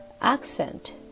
accent